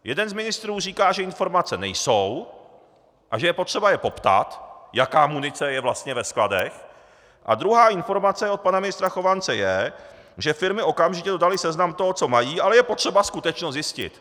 Jeden z ministrů říká, že informace nejsou a že je potřeba je poptat, jaká munice je vlastně ve skladech, a druhá informace od pana ministra Chovance je, že firmy okamžitě dodaly seznam toho, co mají, ale je potřeba skutečnost zjistit.